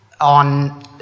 on